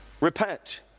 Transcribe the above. repent